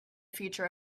future